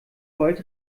gold